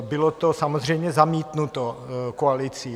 Bylo to samozřejmě zamítnuto koalicí.